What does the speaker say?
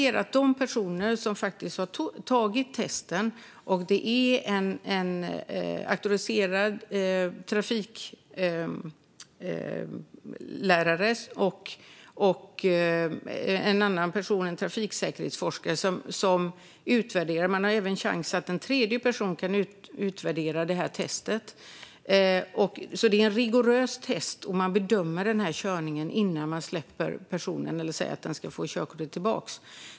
Det är en auktoriserad trafiklärare och en trafiksäkerhetsforskare som utvärderar detta test. Det finns även möjlighet för en tredje person att utvärdera testet. Det är alltså ett rigoröst test som dessa personer får göra, och körningen bedöms innan man säger att en person ska få körkortet tillbaka.